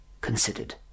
considered